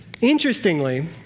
Interestingly